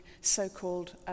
so-called